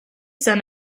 son